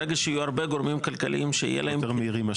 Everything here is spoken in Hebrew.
ברגע שיהיו יותר גורמים כלכליים --- אנחנו